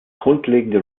grundlegende